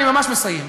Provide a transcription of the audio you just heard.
אני ממש מסיים.